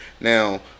Now